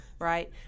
right